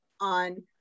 on